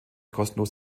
kostenlos